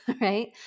right